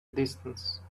distance